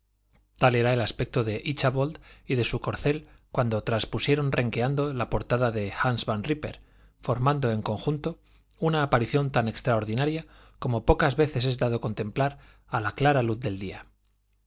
tal era el aspecto de íchabod y de su corcel cuando transpusieron renqueando la portada de hans van rípper formando en conjunto una aparición tan extraordinaria como pocas veces es dado contemplar a la clara luz del día